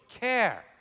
care